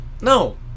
No